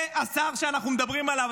זה השר שאנחנו מדברים עליו.